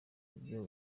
ibyo